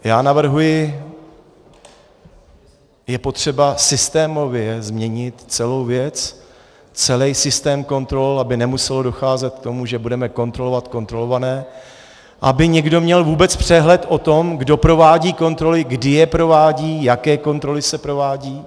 Já navrhuji je potřeba systémově změnit celou věc, celý systém kontrol, aby nemuselo docházet k tomu, že budeme kontrolovat kontrolované, aby někdo měl vůbec přehled o tom, kdo provádí kontroly, kdy je provádí, jaké kontroly se provádí.